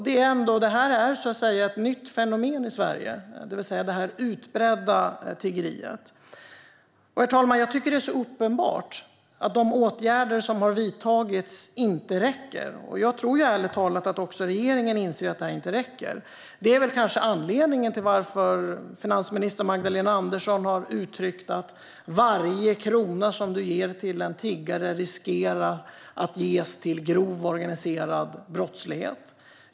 Det är så att säga ett nytt fenomen i Sverige, det här utbredda tiggeriet. Herr talman! Jag tycker att det är uppenbart att de åtgärder som har vidtagits inte räcker. Jag tror ärligt talat att också regeringen inser att de inte räcker. Det är kanske anledningen till att finansminister Magdalena Andersson har uttryckt att varje krona som du ger till en tiggare riskerar du att ge till grov organiserad brottslighet.